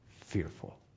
fearful